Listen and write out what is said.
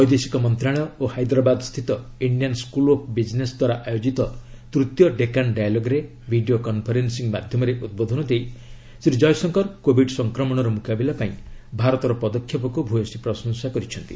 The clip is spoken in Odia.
ବୈଦେଶିକ ମନ୍ତ୍ରଣାଳୟ ଓ ହାଇଦ୍ରାବାଦ୍ ସ୍ଥିତ ଇଣ୍ଡିଆନ୍ ସ୍କୁଲ୍ ଅଫ୍ ବିଜ୍ନେସ ଦ୍ୱାରା ଆୟୋଜିତ ତୃତୀୟ ଡେକାନ୍ ଡାଏଲଗ୍ରେ ଭିଡ଼ିଓ କନ୍ଫରେନ୍ସିଂ ମାଧ୍ୟମରେ ଉଦ୍ବୋଧନ ଦେଇ ଶ୍ରୀ ଜୟଶଙ୍କର କୋବିଡ୍ ସଂକ୍ରମଣର ମୁକାବିଲା ପାଇଁ ଭାରତର ପଦକ୍ଷେପକୁ ଭ୍ୟସୀ ପ୍ରଶଂସା କରିଛନ୍ତି